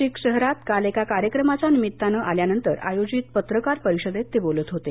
नाशिक शहरात काल एका कार्यक्रमाच्या निमित्तानं आल्यानंतर आयोजित पत्रकार परिषदेत ते बोलत होते